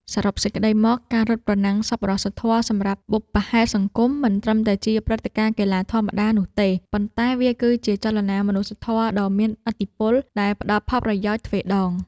សរុបសេចក្ដីមក ការរត់ប្រណាំងសប្បុរសធម៌សម្រាប់បុព្វហេតុសង្គម មិនត្រឹមតែជាព្រឹត្តិការណ៍កីឡាធម្មតានោះទេ ប៉ុន្តែវាគឺជា ចលនាមនុស្សធម៌ដ៏មានឥទ្ធិពល ដែលផ្តល់ផលប្រយោជន៍ទ្វេដង។